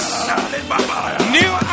new